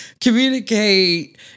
communicate